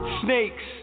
snakes